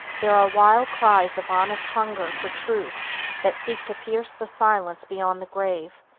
there are wild cries of honest hunger for truth that seek to pierce the silence beyond the grave,